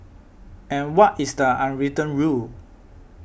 and what is the unwritten rule